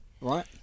right